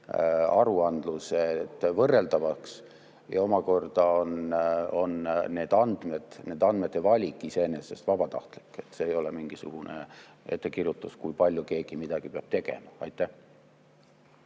aruandluse võrreldavaks. Ja omakorda on need andmed, nende andmete valik iseenesest vabatahtlik. See ei ole mingisugune ettekirjutus, kui palju keegi midagi peab tegema. Aitäh!